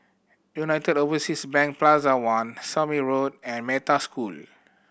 United Overseas Bank Plaza One Somme Road and Metta School